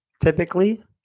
typically